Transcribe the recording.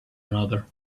another